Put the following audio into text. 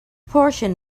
portion